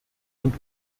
und